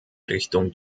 richtung